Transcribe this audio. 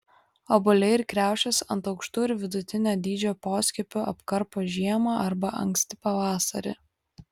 obuoliai ir kriaušės ant aukštų ar vidutinio dydžio poskiepių apkarpo žiemą arba anksti pavasarį